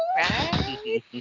Right